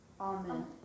Amen